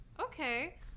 Okay